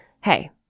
hey